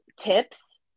tips